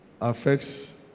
affects